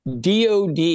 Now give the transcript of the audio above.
DOD